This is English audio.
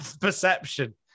perception